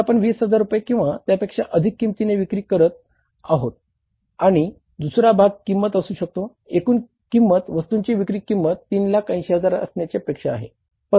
तर आपण 20000 रुपये किंवा त्यापेक्षा अधिक किमतीने विक्री करत आहोत आणि दुसरा भाग किंमत असू शकते एकूण किंमत वस्तूंची विक्री किंमत 380000 असण्याची अपेक्षा आहे